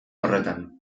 horretan